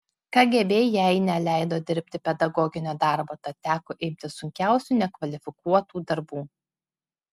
kgb jai neleido dirbti pedagoginio darbo tad teko imtis sunkiausių nekvalifikuotų darbų